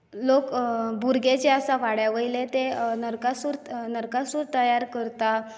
लोक भुरगे जे आसा वाड्यावेले नरकासूर नरकासूर तयार करतात